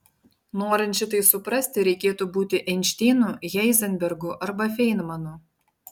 norint šitai suprasti reikėtų būti einšteinu heizenbergu arba feinmanu